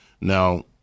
Now